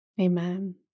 Amen